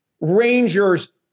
Rangers